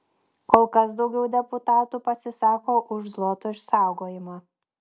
kol kas daugiau deputatų pasisako už zloto išsaugojimą